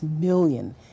million